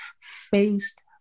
faced